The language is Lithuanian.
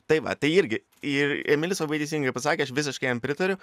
tai va tai irgi ir emilis labai teisingai pasakė aš visiškai jam pritariu